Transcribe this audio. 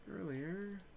earlier